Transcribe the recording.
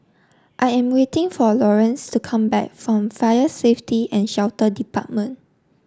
I am waiting for Laurence to come back from Fire Safety and Shelter Department